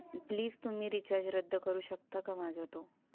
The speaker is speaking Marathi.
प्लीज तुम्ही रिचार्ज रद्द करू शकता का माझा तो